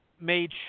made